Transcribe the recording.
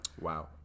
Wow